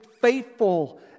faithful